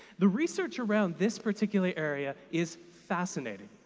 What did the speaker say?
the research around this particular area is fascinating.